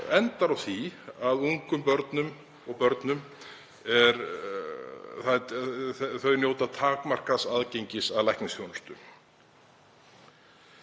endar á því að ung börn og börn njóti takmarkaðs aðgengis að læknisþjónustu.